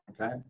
okay